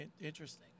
interesting